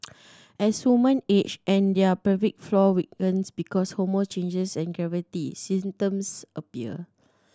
as woman age and their pelvic floor weakens because of hormonal changes and gravity symptoms appear